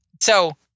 So-